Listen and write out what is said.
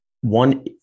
one